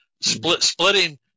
Splitting